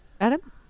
Adam